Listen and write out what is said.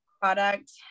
product